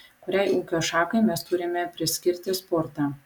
kuriai ūkio šakai mes turime priskirti sportą